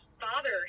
father